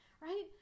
right